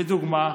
לדוגמה,